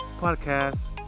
podcast